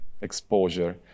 exposure